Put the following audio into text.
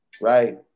Right